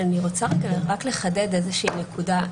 אני רוצה רק לחדד איזושהי נקודה.